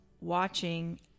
watching